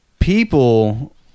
People